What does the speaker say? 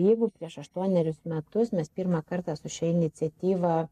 jeigu prieš aštuonerius metus mes pirmą kartą su šia iniciatyva